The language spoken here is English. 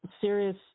serious